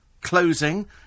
closing